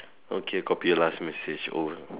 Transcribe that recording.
okay copy last message over